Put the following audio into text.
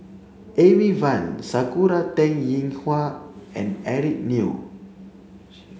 Amy Van Sakura Teng Ying Hua and Eric Neo